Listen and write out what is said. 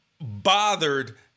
bothered